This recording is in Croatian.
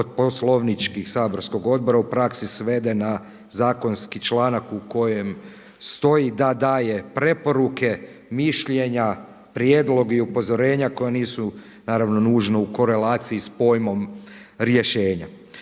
od poslovničkih saborskog odbora u praksi svede na zakonski članak u kojem stoji da daje preporuke, mišljenja, prijedloge i upozorenja koja nisu naravno nužno u korelaciji s pojmom rješenja.